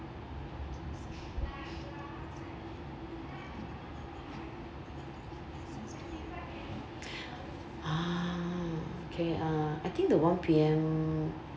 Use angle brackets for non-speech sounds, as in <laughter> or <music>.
<breath> ah okay uh I think the one P_M